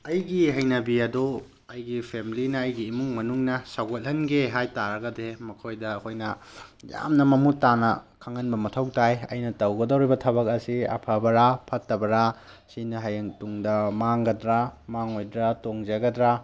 ꯑꯩꯒꯤ ꯍꯩꯅꯕꯤ ꯑꯗꯨ ꯑꯩꯒꯤ ꯐꯦꯃꯂꯤꯅ ꯑꯩꯒꯤ ꯏꯃꯨꯡ ꯃꯅꯨꯡꯅ ꯁꯧꯒꯠꯍꯟꯒꯦ ꯍꯥꯏꯇꯥꯔꯒꯗꯤ ꯃꯈꯣꯏꯗ ꯑꯩꯈꯣꯏꯅ ꯌꯥꯝꯅ ꯃꯃꯨꯠ ꯇꯥꯅ ꯈꯪꯍꯟꯕ ꯃꯊꯧ ꯇꯥꯏ ꯑꯩꯅ ꯇꯧꯒꯗꯧꯔꯤꯕ ꯊꯕꯛ ꯑꯁꯤ ꯑꯐꯕꯔ ꯐꯠꯇꯕꯔ ꯁꯤꯅ ꯍꯌꯦꯡ ꯇꯨꯡꯗ ꯃꯥꯡꯒꯗ꯭ꯔ ꯃꯥꯡꯉꯣꯏꯗ꯭ꯔ ꯇꯣꯡꯖꯒꯗ꯭ꯔꯥ